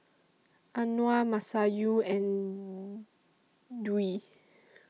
Anuar Masayu and Dwi